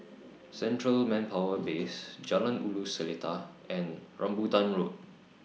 Central Manpower Base Jalan Ulu Seletar and Rambutan Road